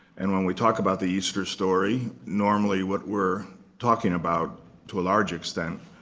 and when we talk about the easter story, normally what we're talking about, to a large extent,